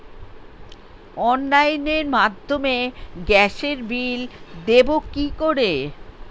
অনলাইনের মাধ্যমে গ্যাসের বিল দেবো কি করে?